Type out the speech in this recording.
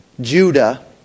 Judah